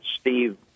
Steve